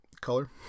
color